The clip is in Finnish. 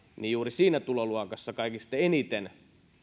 niin juuri siinä tuloluokassa kaikista eniten